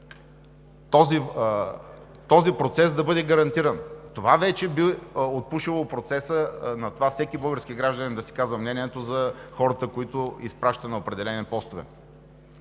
този процес да бъде гарантиран. Това вече би отпушило процеса на това всеки български гражданин да си казва мнението за хората, които изпраща на определени постове.